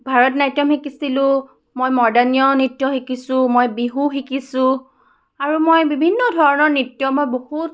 ভাৰতনাট্য়ম শিকিছিলোঁ মই মডাৰ্ণ নৃত্য শিকিছোঁ মই বিহু শিকিছোঁ আৰু মই বিভিন্ন ধৰণৰ নৃত্য মই বহুত